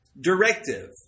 directive